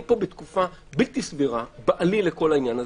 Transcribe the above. פה בתקופה בלתי סבירה בעליל לכל העניין הזה,